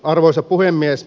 arvoisa puhemies